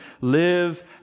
Live